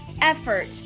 effort